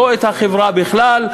לא את החברה בכלל,